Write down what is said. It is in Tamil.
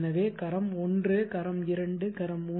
எனவே கரம் 1 கரம் 2 கரம் 3